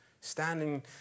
standing